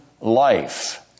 life